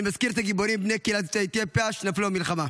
אני מזכיר את הגיבורים בני קהילת יוצאי אתיופיה שנפלו במלחמה.